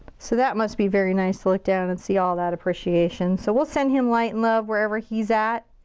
so that must be very nice to look down and see all that appreciation. so we'll send him light and love, wherever he's at.